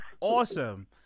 awesome